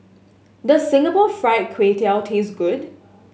does Singapore Fried Kway Tiao taste good